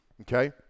okay